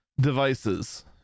devices